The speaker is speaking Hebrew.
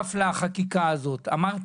שותף לחקיקה הזאת, אמרתי,